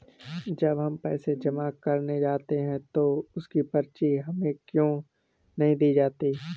जब हम पैसे जमा करने जाते हैं तो उसकी पर्ची हमें क्यो नहीं दी जाती है?